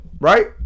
Right